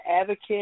advocate